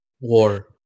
War